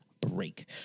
break